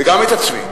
וגם את עצמי: